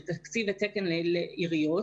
של תקציב ותקן לעיריות,